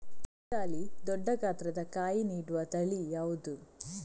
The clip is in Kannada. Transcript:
ತೆಂಗಲ್ಲಿ ದೊಡ್ಡ ಗಾತ್ರದ ಕಾಯಿ ನೀಡುವ ತಳಿ ಯಾವುದು?